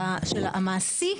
המעשי,